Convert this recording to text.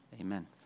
Amen